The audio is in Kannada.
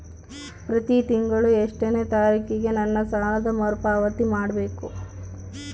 ಪ್ರತಿ ತಿಂಗಳು ಎಷ್ಟನೇ ತಾರೇಕಿಗೆ ನನ್ನ ಸಾಲದ ಮರುಪಾವತಿ ಮಾಡಬೇಕು?